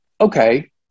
okay